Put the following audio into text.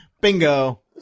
Bingo